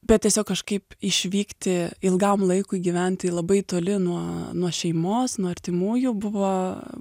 bet tiesiog kažkaip išvykti ilgam laikui gyventi labai toli nuo nuo šeimos nuo artimųjų buvo